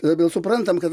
labiau suprantam kad